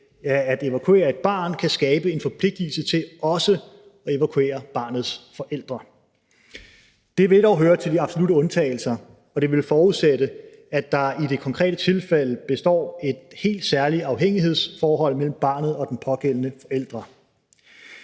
at evakuere et barn kan skabe en forpligtigelse til også at evakuere barnets forældre. Det vil dog høre til de absolutte undtagelser, og det vil forudsætte, at der i det konkrete tilfælde består et helt særligt afhængighedsforhold mellem barnet og den pågældende forælder.